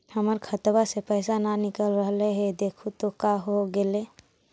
हमर खतवा से पैसा न निकल रहले हे देखु तो का होगेले?